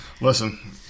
listen